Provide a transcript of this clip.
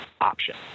option